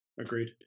Agreed